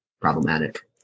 problematic